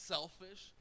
Selfish